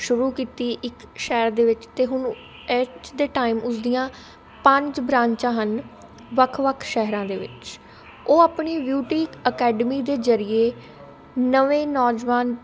ਸ਼ੁਰੂ ਕੀਤੀ ਇੱਕ ਸ਼ਹਿਰ ਦੇ ਵਿੱਚ ਅਤੇ ਹੁਣ ਅੱਜ ਦੇ ਟਾਈਮ ਉਸਦੀਆਂ ਪੰਜ ਬ੍ਰਾਂਚਾਂ ਹਨ ਵੱਖ ਵੱਖ ਸ਼ਹਿਰਾਂ ਦੇ ਵਿੱਚ ਉਹ ਆਪਣੀ ਬਿਊਟੀ ਅਕੈਡਮੀ ਦੇ ਜ਼ਰੀਏ ਨਵੇਂ ਨੌਜਵਾਨ